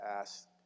asked